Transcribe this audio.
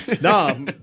No